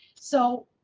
so.